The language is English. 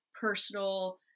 personal